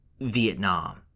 Vietnam